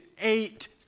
eight